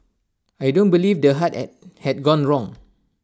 I don't believe the heart had gone wrong